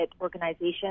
organization